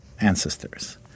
ancestors